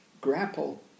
grapple